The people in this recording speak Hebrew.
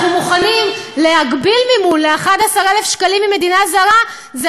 מוכנים להגביל מימון ממדינה זרה ל-11,000 שקלים,